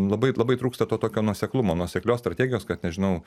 labai labai trūksta to tokio nuoseklumo nuoseklios strategijos kad nežinau